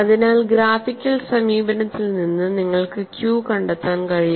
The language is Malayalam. അതിനാൽ ഗ്രാഫിക്കൽ സമീപനത്തിൽ നിന്ന് നിങ്ങൾക്ക് Q കണ്ടെത്താൻ കഴിയും